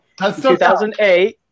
2008